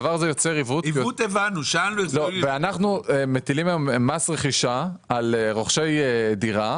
אנחנו מטילים היום מס רכישה על רוכשי דירה,